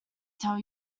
tell